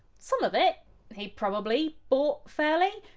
some of it he probably bought fairly,